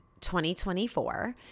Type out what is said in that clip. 2024